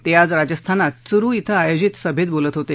ते आज राजस्थानात चुरु इथं आयोजित सभेत बोलत होते